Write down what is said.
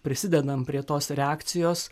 prisidedam prie tos reakcijos